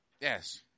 Yes